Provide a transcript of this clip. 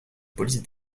police